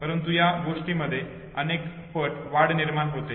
परंतु या गोष्टींमध्ये अनेक पट वाढ होते